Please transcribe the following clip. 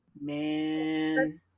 Man